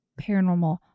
paranormal